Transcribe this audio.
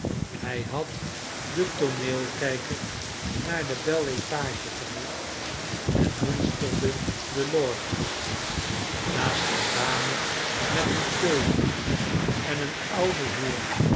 hij had den tooneelkijker naar de bel étage gericht en monsterde de loges naast een dame met een tulband en een ouden heer